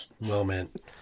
moment